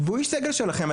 והוא איש סגל שלכם.